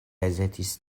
hezitis